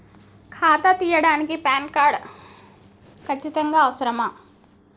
ఖాతా తీయడానికి PAN card ఖచ్చితంగా అవసరమా?